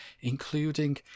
including